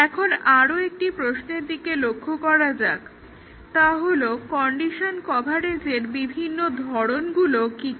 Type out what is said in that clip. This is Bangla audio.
এখন আরও একটি প্রশ্নের দিকে লক্ষ্য করা যাক তা হলো কন্ডিশন কভারেজের বিভিন্ন ধরনগুলো কি কি